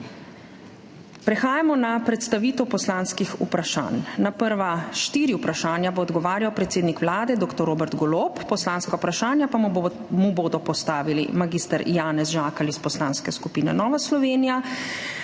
Prehajamo na predstavitev poslanskih vprašanj. Na prva štiri vprašanja bo odgovarjal predsednik Vlade dr. Robert Golob, poslanska vprašanja pa mu bodo postavili mag. Janez Žakelj iz Poslanske skupine Nova Slovenija,